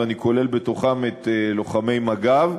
אני כולל בתוכם את לוחמי מג"ב,